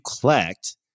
collect